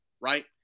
right